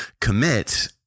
commit